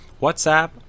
whatsapp